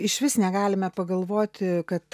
išvis negalime pagalvoti kad